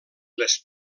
les